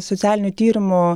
socialinių tyrimų